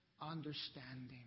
understanding